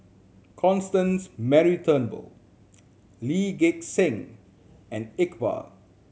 Constance Mary Turnbull Lee Gek Seng and Iqbal